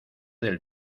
del